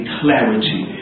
clarity